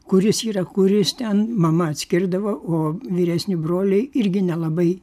kuris yra kuris ten mama atskirdavo o vyresni broliai irgi nelabai